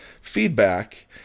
feedback